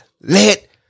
let